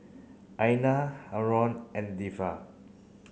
Aina Haron and Dhia